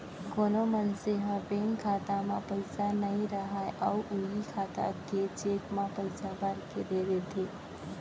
कोनो मनसे ह बेंक खाता म पइसा नइ राहय अउ उहीं खाता के चेक म पइसा भरके दे देथे